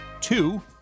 two